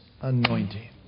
anointing